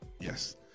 Yes